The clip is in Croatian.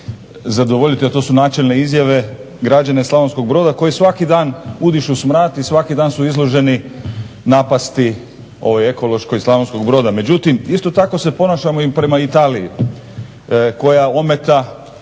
zadovoljiti, a to su načelne izjave građana Slavonskog Broda koji svaki dan udišu smrad i svaki dan su izloženi napasti ovoj ekološkoj iz Slavonskog Broda. Međutim, isto tako se ponašamo prema Italiji koja ometa